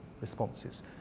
responses